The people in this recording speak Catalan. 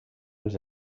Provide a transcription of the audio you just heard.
els